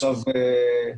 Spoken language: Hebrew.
עשייה.